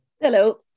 Hello